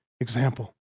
example